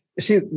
See